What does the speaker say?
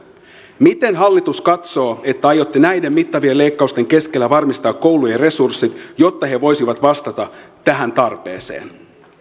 miten hallitus katsoo että aiotte näiden mittavien leikkausten keskellä varmistaa koulujen resurssit jotta he voisivat vastata tähän tarpeeseen